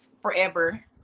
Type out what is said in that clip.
forever